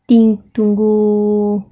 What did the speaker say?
think tunggu